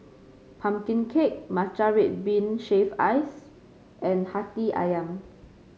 pumpkin cake Matcha Red Bean Shaved Ice and Hati ayam